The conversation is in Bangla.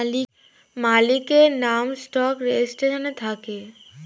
মালিকের নাম স্টক রেজিস্টারে থাকে